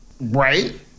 right